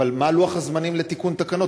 אבל מה לוח הזמנים לתיקון תקנות?